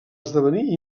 esdevenir